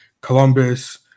Columbus